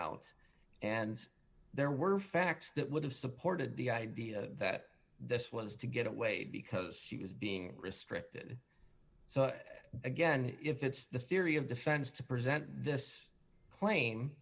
out and there were facts that would have supported the idea that this was to get away because she was being restricted so again if it's the theory of defense to present this claim